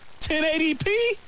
1080p